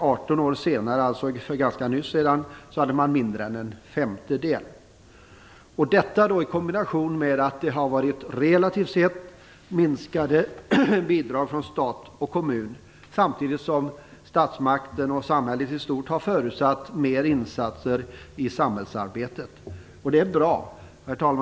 18 år senare hade man mindre än en femtedel - detta i kombination med att det har varit relativt sett minskade bidrag från stat och kommun. Samtidigt har statsmakten och samhället i stort förutsatt mer insatser i samhällsarbetet. Det är bra.